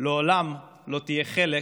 לעולם לא תהיה חלק